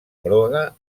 groga